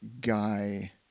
guy